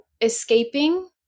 escaping